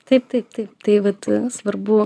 taip taip taip tai vat svarbu